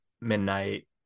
Midnight